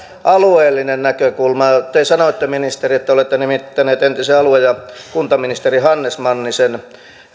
alueellinen näkökulma te sanoitte ministeri että olette nimittänyt entisen alue ja kuntaministeri hannes mannisen